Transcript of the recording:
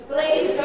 Please